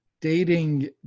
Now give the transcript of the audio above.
Dating